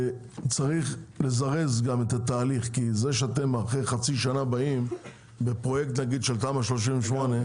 צריך לזרז את התהליך כי כשאתם באים אחרי חצי שנה עם פרויקט של תמ"א 38,